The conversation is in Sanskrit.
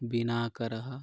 बिनाकरः